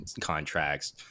contracts